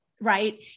right